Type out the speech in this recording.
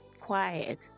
quiet